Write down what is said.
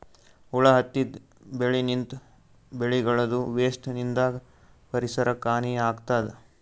ಹುಳ ಹತ್ತಿದ್ ಬೆಳಿನಿಂತ್, ಬೆಳಿಗಳದೂ ವೇಸ್ಟ್ ನಿಂದಾಗ್ ಪರಿಸರಕ್ಕ್ ಹಾನಿ ಆಗ್ತದ್